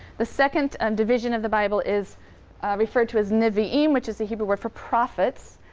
the second and division of the bible is referred to as nevi'im, which is the hebrew word for prophets.